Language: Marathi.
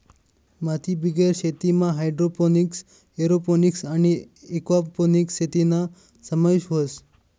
मातीबिगेर शेतीमा हायड्रोपोनिक्स, एरोपोनिक्स आणि एक्वापोनिक्स शेतीना समावेश व्हस